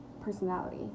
personality